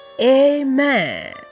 Amen